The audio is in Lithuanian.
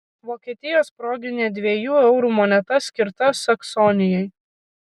vokietijos proginė dviejų eurų moneta skirta saksonijai